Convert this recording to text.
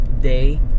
day